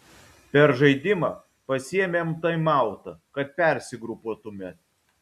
per žaidimą pasiėmėm taimautą kad persigrupuotume